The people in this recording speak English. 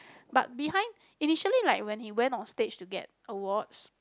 but behind initially like went he went on stage to get awards